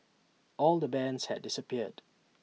all the bands had disappeared